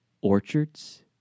Orchards